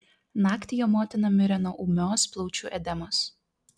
naktį jo motina mirė nuo ūmios plaučių edemos